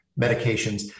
medications